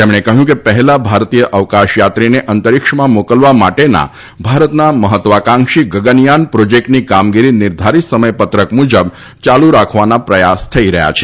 તેમણે કહ્યું કે પહેલા ભારતીય અવકાશયાત્રીને અંતરીક્ષમાં મોકલવા માટેના ભારતના મહત્વાકાંક્ષી ગગનયાન પ્રોજેક્ટની કામગીરી નિર્ધારીત સમયપત્રક મુજબ યાલુ રાખવાના પ્રયાસ થઈ રહ્યા છે